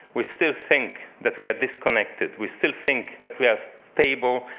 we still think that we are disconnected. we still think that we are stable,